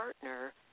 partner